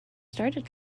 started